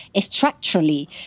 structurally